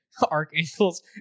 Archangels